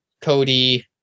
Cody